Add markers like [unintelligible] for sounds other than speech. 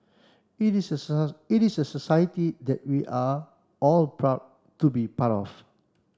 it is a [unintelligible] it is a society that we are all proud to be part of